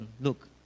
Look